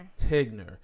tigner